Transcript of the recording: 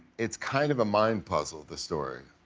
it's kind of a mind puzzle, the story.